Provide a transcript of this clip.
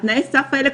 תנאי הסף האלה,